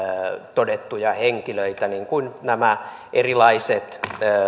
todettuja henkilöitä niin kuin nämä erilaiset